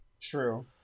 True